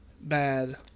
bad